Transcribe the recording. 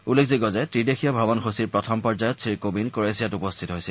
উল্লেখযোগ্য যে ত্ৰিদেশীয় ভ্ৰমণসূচীৰ প্ৰথম পৰ্য়াযত শ্ৰীকোবিন্দ ক্ৰ'ৱেছিয়াত উপস্থিত হৈছিল